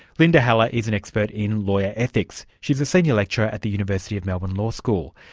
linda haller is an expert in lawyer ethics. she's a senior lecturer at the university of melbourne law school.